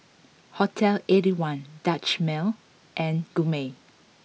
Hotel Eighty One Dutch Mill and Gourmet